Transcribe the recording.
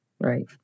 Right